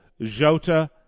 Jota